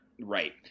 Right